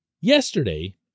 Yesterday